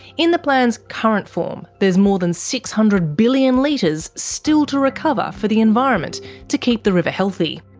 in the plan's current form, there's more than six hundred billion litres still to recover for the environment to keep the river healthy.